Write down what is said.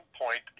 point